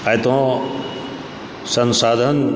आइ तँ संसाधन